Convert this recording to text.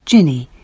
Ginny